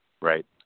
Right